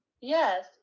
Yes